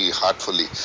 heartfully